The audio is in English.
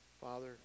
Father